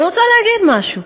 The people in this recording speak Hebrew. ואני רוצה להגיד משהו,